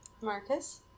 Marcus